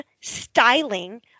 styling